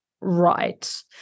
right